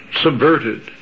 subverted